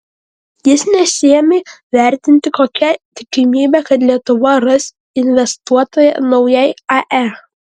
jis nesiėmė vertinti kokia tikimybė kad lietuva ras investuotoją naujai ae